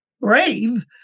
brave